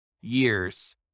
years